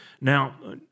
Now